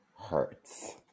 hurts